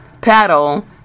paddle